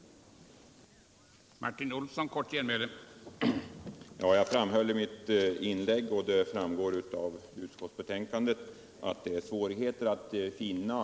företagens utveckling, m.m.